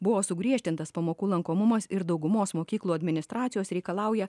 buvo sugriežtintas pamokų lankomumas ir daugumos mokyklų administracijos reikalauja